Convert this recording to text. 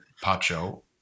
Pacho